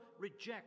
reject